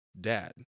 dad